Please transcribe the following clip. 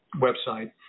website